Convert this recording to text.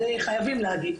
את זה חייבים להגיד.